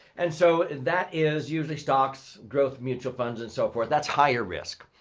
and so, that is usually stocks growth mutual funds and so forth. that's higher risk.